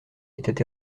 était